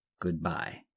Goodbye